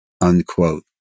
unquote